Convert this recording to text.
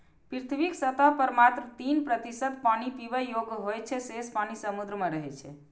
पृथ्वीक सतह पर मात्र तीन प्रतिशत पानि पीबै योग्य होइ छै, शेष पानि समुद्र मे रहै छै